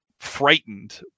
frightened